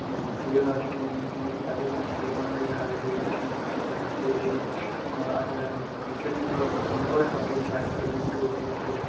सेह्त साढ़ी ठीक निं होंदी जेह्की पैह्ले मनोरंजन दे साधन हे अस खेढदे हे अजकल क्रिकेट बी खढोंदा फोनै पर गै सारा किश चैस लिड्डो क्रिकेट